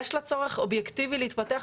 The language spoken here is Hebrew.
יש לה צורך אובייקטיבי להתפתח,